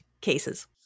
cases